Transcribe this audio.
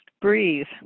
Breathe